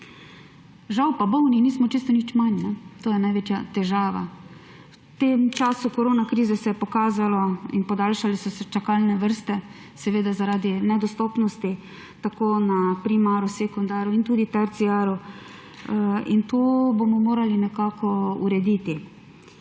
Žal pa bolni nismo čisto nič manj. To je največja težava. V tem času korona krize se je pokazalo in podaljšale so se čakalne vrste, seveda zaradi nedostopnosti tako na primaru, sekundaru in tudi terciaru. To bomo morali nekako urediti.